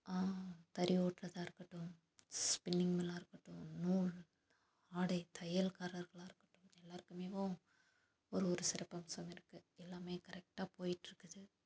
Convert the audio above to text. தறி ஓட்றதாக இருக்கட்டும் ஸ்பின்னிங் மில்லாக இருக்கட்டும் நூல் ஆடை தையல்காரர்களாக இருக்கட்டும் எல்லாருக்குமேவும் ஒரு ஒரு சிறப்பு அம்சம் இருக்கு எல்லாமே கரெக்டாக போயிட்டுருக்குது